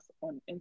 on